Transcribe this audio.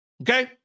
okay